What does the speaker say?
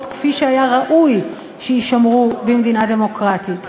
כפי שהיה ראוי שיישמרו במדינה דמוקרטית.